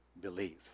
believe